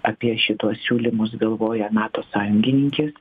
apie šituos siūlymus galvoja nato sąjungininkės